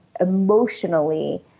emotionally